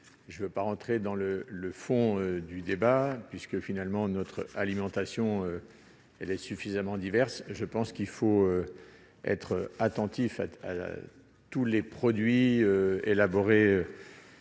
Je ne vais pas entrer dans le fond du débat, dans la mesure où notre alimentation est suffisamment diverse. Je pense qu'il faut être attentif à tous les produits élaborés